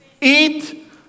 eat